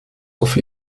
auf